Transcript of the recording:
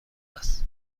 است